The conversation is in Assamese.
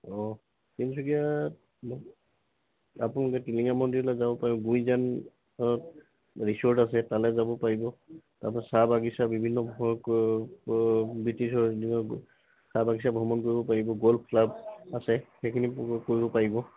অঁ তিনিচুকীয়া আপোনালোকে টিলিঙা মন্দিৰলৈ যাব পাৰিব গুইজান ৰিচৰ্ট আছে তালে যাব পাৰিব তাৰপৰা চাহ বাগিচা বিভিন্ন ব্ৰিটিছৰ দিনৰ চাহ বাগিচা ভ্ৰমণ কৰিব পাৰিব গল্ফ ক্লাব আছে সেইখিনি কৰিব পাৰিব